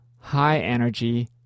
high-energy